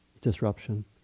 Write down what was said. disruption